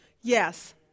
Yes